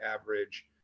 average